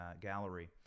gallery